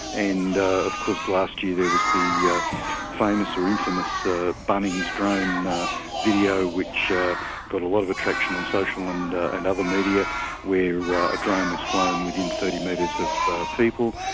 and of course last year there was the yeah famous or infamous bunnings drone video which got a lot of attraction on social and and other media where a drone was flown within thirty metres of people,